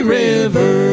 river